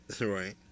right